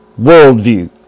worldview